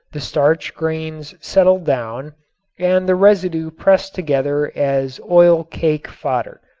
the starch grains settled down and the residue pressed together as oil cake fodder.